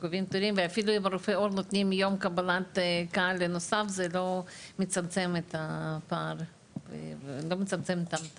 ויום קבלת תורים נוסף זה לא מצמצם את זמן ההמתנה.